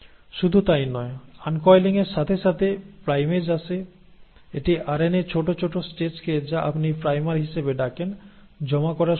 শুধু তাই নয় আনকয়েলিংয়ের সাথে সাথে প্রাইমেজ আসে এটি আরএনএর ছোট ছোট স্ট্রেচকে যা আপনি প্রাইমার হিসাবে ডাকেন জমা করা শুরু করে